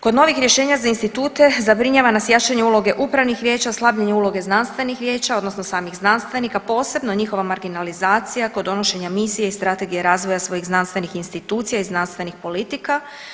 Kod novih rješenja za institute zabrinjava nas jačanje uloge upravnih vijeća, slabljenje uloge znanstvenih vijeća, odnosno samih znanstvenika, posebno njihova marginalizacija kod donošenja misije i strategije razvoja svojih znanstvenih institucija i znanstvenih politika.